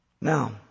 Now